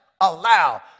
allow